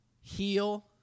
heal